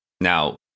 Now